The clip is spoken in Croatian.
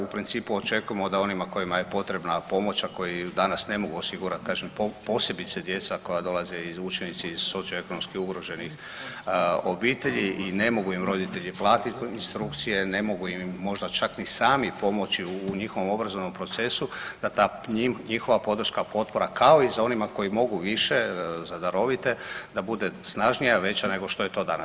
U principu očekujemo da onima kojima je potrebna pomoć, a koji danas ne mogu osigurat kažem posebice djeca koja dolaze i učenici iz socioekonomski ugroženih obitelji i ne mogu im roditelji platit instrukcije, ne mogu im možda čak ni sami pomoći u njihovom obrazovnom procesu da ta njihova podrška i potpora, kao i za onima koji mogu više za darovite da bude snažnija i veća nego što je danas.